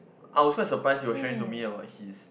I was quite surprised he was sharing to me about his